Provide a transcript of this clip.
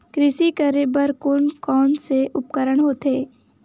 कृषि करेबर कोन कौन से उपकरण होथे?